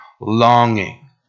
longing